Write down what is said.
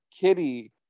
Kitty